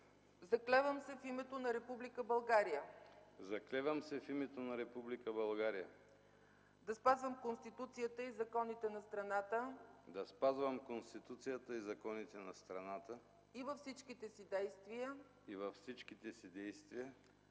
„Заклевам се в името на Република България да спазвам Конституцията и законите на страната и във всичките си действия